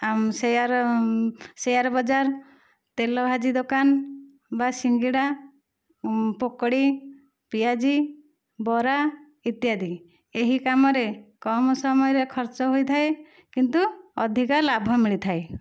ଆଉ ସେଆର ସେଆର ବଜାର ତେଲ ଭାଜି ଦୋକାନ ବା ସିଙ୍ଗଡ଼ା ପକୋଡ଼ି ପିଆଜି ବରା ଇତ୍ୟାଦି ଏହି କାମରେ କମ ସମୟରେ ଖର୍ଚ୍ଚ ହୋଇଥାଏ କିନ୍ତୁ ଅଧିକା ଲାଭ ମିଳିଥାଏ